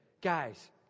Guys